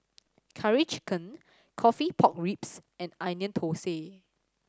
Curry Chicken coffee pork ribs and Onion Thosai